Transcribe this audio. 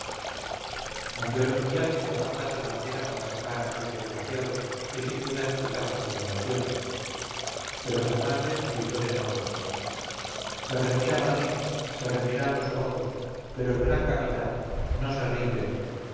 el oficial que se apartase la madera para sacar a aquel desgraciado que sin duda excitaba su admiración pero fernández gritó de nuevo se rendirá madrid se rendirán los pozos pero el gran capitán no se rinde